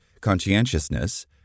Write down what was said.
conscientiousness